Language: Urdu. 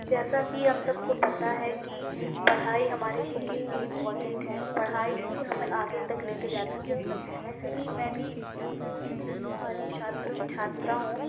جیسا کہ ہم سب کو پتہ ہے کہ پڑھائی ہمارے لئے کتنی امپورٹنٹ ہے پڑھائی ہی ہمیں آگے تک لے کے جاتی ہے ایسے ہی میں بھی اک پڑھنے والی شاتر چھاترا ہوں